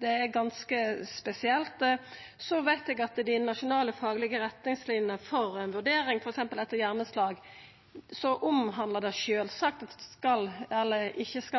Det er ganske spesielt. Eg veit at dei nasjonale faglege retningslinene for ei vurdering etter f.eks. hjerneslag sjølvsagt omhandlar at